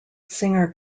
singer